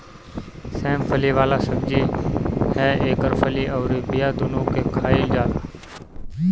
सेम फली वाला सब्जी ह एकर फली अउरी बिया दूनो के खाईल जाला